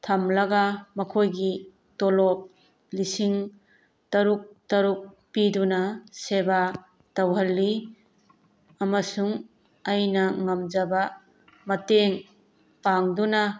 ꯊꯝꯂꯒ ꯃꯈꯣꯏꯒꯤ ꯇꯣꯂꯣꯞ ꯂꯤꯁꯤꯡ ꯇꯔꯨꯛ ꯇꯔꯨꯛ ꯄꯤꯗꯨꯅ ꯁꯦꯕꯥ ꯇꯧꯍꯜꯂꯤ ꯑꯃꯁꯨꯡ ꯑꯩꯅ ꯉꯝꯖꯕ ꯃꯇꯦꯡ ꯄꯥꯡꯗꯨꯅ